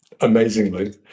amazingly